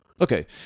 Okay